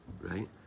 right